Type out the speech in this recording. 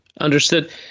Understood